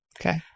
okay